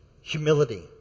humility